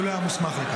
הוא לא היה מוסמך לכך.